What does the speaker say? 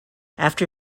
after